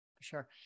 Sure